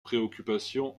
préoccupation